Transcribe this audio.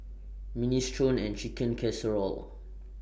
Minestrone and Chicken Casserole